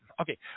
okay